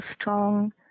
strong